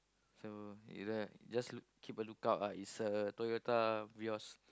so you lah just keep a lookout ah it's a Toyota-Vios